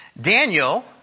Daniel